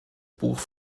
buch